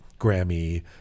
Grammy